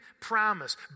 promise